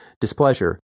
displeasure